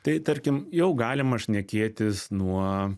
tai tarkim jau galima šnekėtis nuo